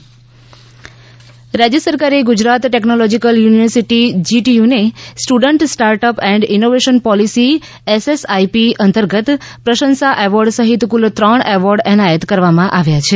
GTU રાજ્ય સરકારે Gujarat technological university જીટીયુને student startup and innovation policy SSIP અંતર્ગત પ્રશંસા એવોર્ડ સહિત કુલ ત્રણ એવોર્ડ એનાયત કરવામાં આવ્યા છે